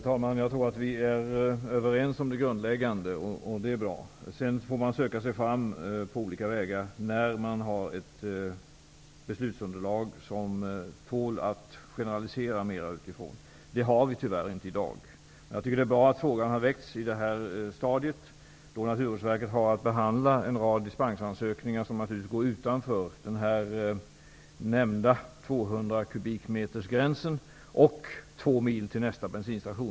Herr talman! Jag tror vi är överens om det grundläggande. Det är bra. Sedan får man söka sig fram på olika vägar när man har ett beslutsunderlag som tål att generalisera ifrån. Det har vi tyvärr inte i dag. Jag tycker det är bra att frågan väckts i det här stadiet då Naturvårdsverket har att behandla en rad dispensansökningar som går utanför den nämnda gränsen på 200 m3 och 2 mil till nästa bensinstation.